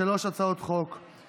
של חברת הכנסת ג'ידא זועבי,